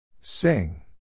Sing